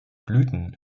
blüten